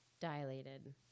dilated